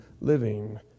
living